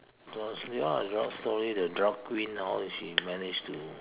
drugs they are a drug story that drug queen how did she manage to